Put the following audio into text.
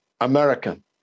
American